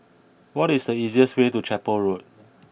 what is the easiest way to Chapel Road